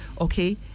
okay